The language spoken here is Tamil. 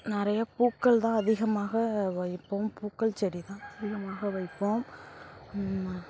நிறைய பூக்கள் தான் அதிகமாக வைப்போம் பூக்கள் செடி தான் அதிகமாக வைப்போம்